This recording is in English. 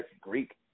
greek